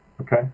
Okay